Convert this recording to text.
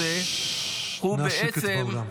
הרעיון בסעיף הזה -- נא שקט באולם.